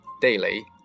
Daily